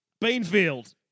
Beanfield